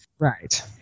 Right